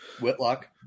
Whitlock